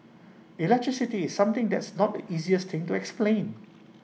electricity is something that's not the easiest thing to explain